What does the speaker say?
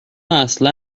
اصلا